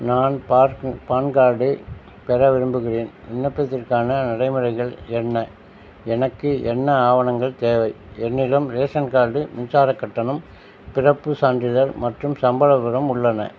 நான் pass PAN card பெற விரும்புகிறேன் விண்ணப்பத்திற்கான நடைமுறைகள் என்ன எனக்கு என்ன ஆவணங்கள் தேவை என்னிடம் ரேஷன் கார்டு மின்சாரக் கட்டணம் பிறப்புச் சான்றிதழ் மற்றும் சம்பள விவரம் உள்ளன